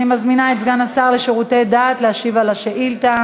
אני מזמינה את סגן השר לשירותי דת להשיב על השאילתה.